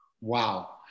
Wow